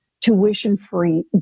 tuition-free